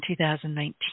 2019